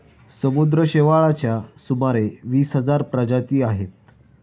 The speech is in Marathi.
समुद्री शेवाळाच्या सुमारे वीस हजार प्रजाती आहेत